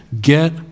Get